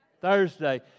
Thursday